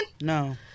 no